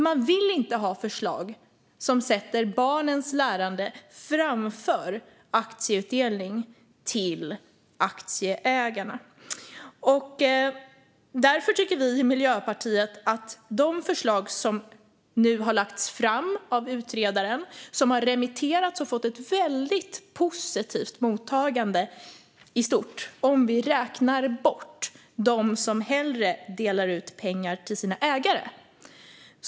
Man vill inte ha förslag som sätter barnens lärande framför aktieutdelning till aktieägarna. Därför tycker vi i Miljöpartiet att det här är svårt att förstå. De förslag som nu har lagts fram av utredaren har remitterats och fått ett väldigt positivt mottagande i stort - om vi räknar bort dem som hellre delar ut pengar till sina ägare.